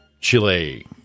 chile